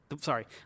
Sorry